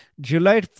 July